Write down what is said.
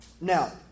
Now